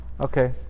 Okay